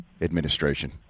administration